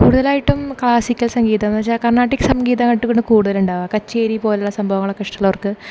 കൂടുതലായിട്ടും ക്ലാസിക്കൽ സംഗീതം എന്നു വെച്ചാൽ കർണാടിക് സംഗീതമായിട്ടാണ് കൂടുതൽ ഉണ്ടാകുക കച്ചേരി പോലെയുള്ള സംഭവങ്ങളൊക്കെ ഇഷ്ടമുള്ളവർക്ക്